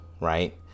right